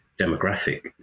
demographic